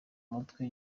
mutwe